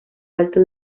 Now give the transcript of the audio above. alto